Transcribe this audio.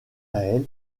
elle